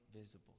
visible